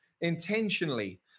intentionally